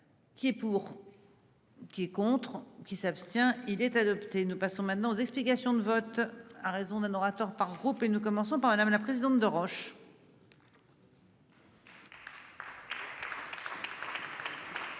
Qui est pour. Qui est contre qui s'abstient il est adopté. Nous passons maintenant aux explications de vote, à raison d'un orateur par groupe et nous commençons par madame la présidente de.